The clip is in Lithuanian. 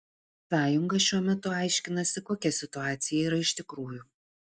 sąjunga šiuo metu aiškinasi kokia situacija yra iš tikrųjų